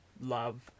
love